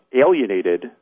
alienated